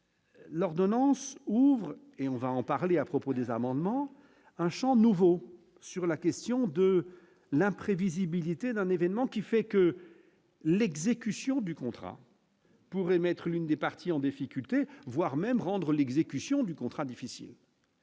L'ordonnance ouvre et on va en parler à propos des amendements un Champ nouveau sur la question de l'imprévisibilité d'un événement qui fait que l'exécution du contrat. Pour émettre une des parties en défi voire même rendre l'exécution du contrat difficile.